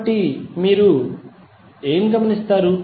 కాబట్టి ఇప్పుడు మీరు ఏమి గమనిస్తారు